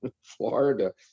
Florida